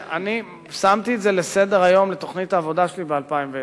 שמתי את זה בסדר-היום לתוכנית העבודה שלי ל-2010.